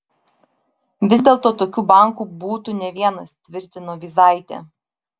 vis dėlto tokių bankų būtų ne vienas tvirtino vyzaitė